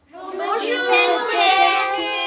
Bonjour